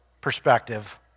perspective